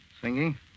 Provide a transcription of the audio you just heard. Singing